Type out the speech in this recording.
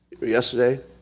yesterday